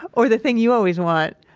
or, the thing you always want.